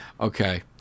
Okay